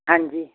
ਹਾਂਜੀ